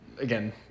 again